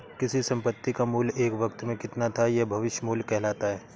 किसी संपत्ति का मूल्य एक वक़्त में कितना था यह भविष्य मूल्य कहलाता है